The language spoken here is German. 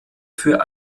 für